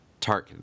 Tarkin